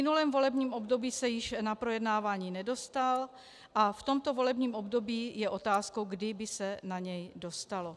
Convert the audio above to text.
V minulém volebním období se již na projednávání nedostal a v tomto volebním období je otázkou, kdy by se na něj dostalo.